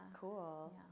Cool